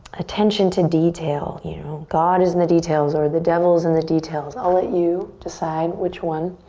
attention to detail. you know, god is in the details or the devil's in the details. i'll let you decide which one.